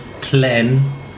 plan